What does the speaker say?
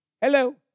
Hello